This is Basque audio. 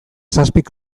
zazpik